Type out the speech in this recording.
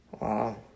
Wow